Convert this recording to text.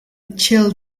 chill